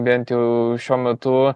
bent jau šiuo metu